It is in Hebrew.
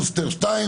בוסטר שני,